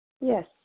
Yes